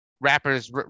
rappers